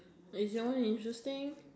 is that one interesting